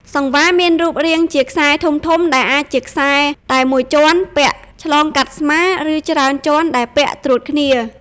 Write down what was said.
សង្វារមានរូបរាងជា ខ្សែធំៗ ដែលអាចជាខ្សែតែមួយជាន់ ពាក់ឆ្លងកាត់ស្មា ឬច្រើនជាន់ដែលពាក់ត្រួតគ្នា។